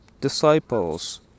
disciples